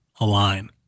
align